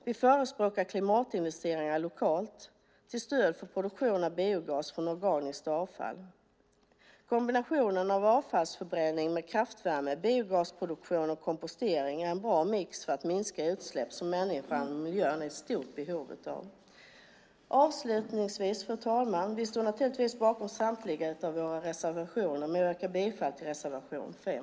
Vi förespråkar klimatinvesteringar lokalt till stöd för produktion av biogas från organiskt avfall. Kombinationen av avfallsförbränning med kraftvärme, biogasproduktion och kompostering är en bra mix för att minska utsläpp, vilket människa och miljö är i stort behov av. Fru talman! Vi står naturligtvis bakom samtliga våra reservationer, men jag yrkar bifall till reservation 5.